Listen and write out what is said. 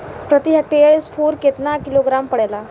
प्रति हेक्टेयर स्फूर केतना किलोग्राम पड़ेला?